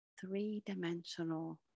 three-dimensional